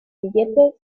billete